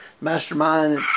mastermind